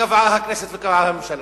שקבעה הכנסת וקבעה הממשלה,